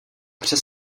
přes